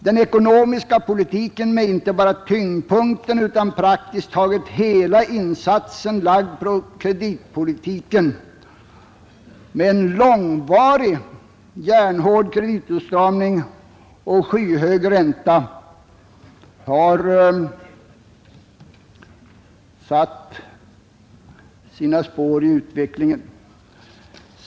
Den ekonomiska politiken med inte bara tyngdpunkten utan praktiskt taget hela insatsen lagd på kreditpolitiken, innefattande en långvarig hård kreditåtstramning och en skyhög ränta, har satt sina spår i utvecklingen.